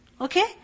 Okay